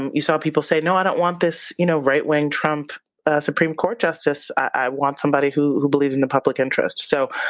you saw people say, no, i don't want this you know right-wing trump supreme court justice. i want somebody who who believes in the public interest. so